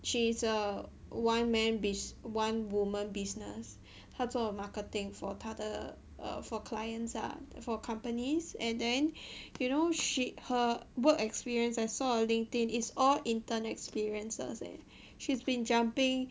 she's a one man bus~ one woman business 她做 marketing for 她的 err for clients ah for companies and then you know she's her work experience I saw on LinkedIn is all intern experiences eh she's been jumping